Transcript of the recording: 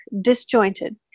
Disjointed